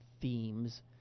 themes